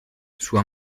sua